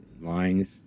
lines